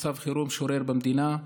מצב חירום שורר במדינה,